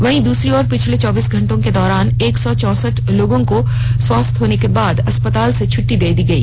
वहीं दूसरी ओर पिछले चौबीस घंटे के दौरान एक सौ चौंसठ लोगों को स्वस्थ होने के बाद अस्पतालों से छट्टी दे दी गई